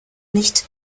nicht